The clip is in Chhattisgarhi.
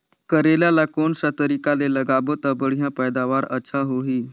करेला ला कोन सा तरीका ले लगाबो ता बढ़िया पैदावार अच्छा होही?